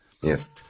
Yes